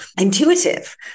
intuitive